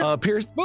Pierce